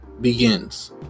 begins